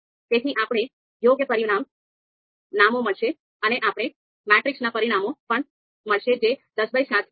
તેથી આપણને યોગ્ય પરિમાણ નામો મળશે અને આપણને મેટ્રિક્સના પરિમાણો પણ મળશે જે 10x7 છે